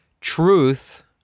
Truth